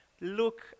Look